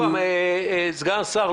סגן השר,